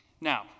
Now